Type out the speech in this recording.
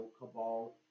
cabal